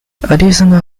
additional